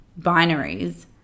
binaries